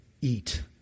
Eat